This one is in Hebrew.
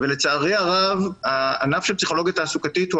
ולצערי הרב הענף של פסיכולוגיה תעסוקתית הוא